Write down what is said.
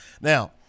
Now